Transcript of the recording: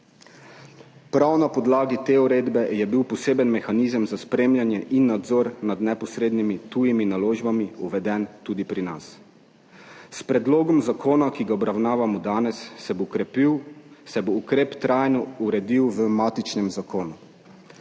Prav na podlagi te uredbe je bil poseben mehanizem za spremljanje in nadzor nad neposrednimi tujimi naložbami uveden tudi pri nas. S predlogom zakona, ki ga obravnavamo danes, se bo ukrep trajno uredil v matičnem zakonu.